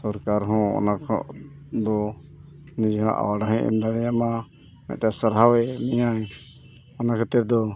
ᱥᱚᱨᱠᱟᱨ ᱦᱚᱸ ᱚᱱᱟ ᱠᱷᱚᱱ ᱫᱚ ᱱᱤᱡᱮᱭᱟᱜ ᱚᱞᱦᱚᱸᱭ ᱮᱢ ᱫᱟᱲᱮᱭᱟᱢᱟ ᱢᱤᱫᱴᱟᱝ ᱥᱟᱨᱦᱟᱣᱮᱫ ᱢᱮᱭᱟᱭ ᱚᱱᱟ ᱠᱷᱟᱹᱛᱤᱨ ᱫᱚ